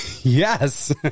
Yes